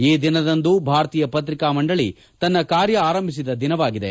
ಈ ದಿನದಂದು ಭಾರತೀಯ ಪತ್ರಿಕಾ ಮಂಡಳಿ ತನ್ನ ಕಾರ್ಯ ಆರಂಭಿಸಿದ ದಿನವಾಗಿದೆ